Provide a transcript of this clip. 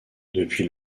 depuis